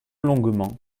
longuement